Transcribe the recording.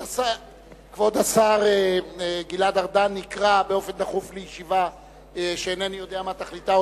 כבוד השר גלעד ארדן נקרא באופן דחוף לישיבה שאינני יודע מה תכליתה,